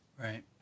Right